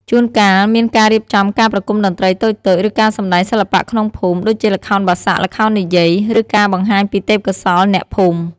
ជួនកាលមានការរៀបចំការប្រគំតន្ត្រីតូចៗ ឬការសម្ដែងសិល្បៈក្នុងភូមិ ដូចជាល្ខោនបាសាក់ ល្ខោននិយាយ ឬការបង្ហាញពីទេពកោសល្យអ្នកភូមិ ។